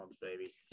baby